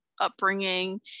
upbringing